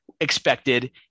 expected